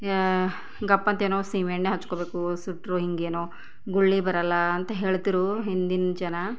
ಗಪ್ ಅಂತ ಏನೊ ಸೀಮೆಣ್ಣೆ ಹಚ್ಕೊಬೇಕು ಸುಟ್ಟರೂ ಹಿಂಗೆ ಏನೊ ಗುಳ್ಳೆ ಬರಲ್ಲ ಅಂತ ಹೇಳ್ತಿದ್ರು ಹಿಂದಿನ ಜನ